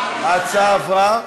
ההצעה עברה?